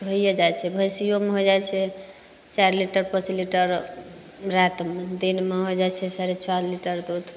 होइए जाइत छै भैंसियोमे हो जाइत छै चारि लीटर पाँच लीटर रातिमे तऽ दिनमे हो जाइत छै साढ़े चारि लीटर दूध